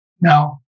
Now